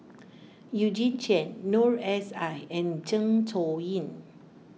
Eugene Chen Noor S I and Zeng Shouyin